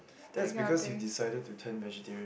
that's because you decided to turn vegetarian